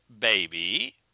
baby